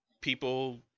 people